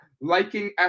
Liking